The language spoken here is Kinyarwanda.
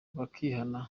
bakihana